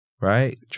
right